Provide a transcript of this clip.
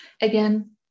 Again